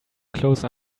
close